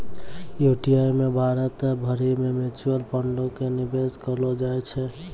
UTI मे भारत भरि के म्यूचुअल फंडो के निवेश करलो जाय छै